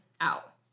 out